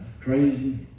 crazy